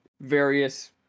various